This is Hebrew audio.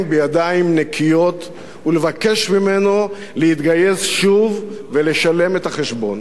בידיים נקיות ולבקש ממנו להתגייס שוב ולשלם את החשבון.